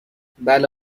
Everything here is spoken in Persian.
بله